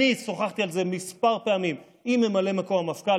אני שוחחתי על זה כמה פעמים עם ממלא מקום המפכ"ל,